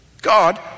God